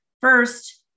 first